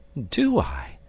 do i?